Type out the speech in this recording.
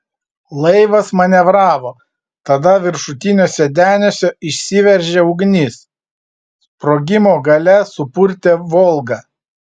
laivas manevravo tada viršutiniuose deniuose išsiveržė ugnis sprogimo galia supurtė volgą